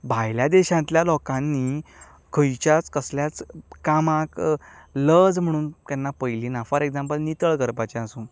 भायल्या देशांतल्या लोकांनी खंयच्याय कसल्याच कामाक लज म्हणून केन्ना पयली ना फोर एक्झाम्पल नितळ करपाचें आसूं